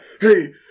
hey